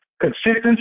consistency